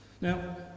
Now